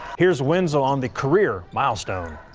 here's winds on the career milestone.